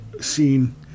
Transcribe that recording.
scene